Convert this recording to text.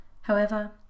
However